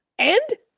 and?